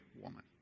woman